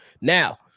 now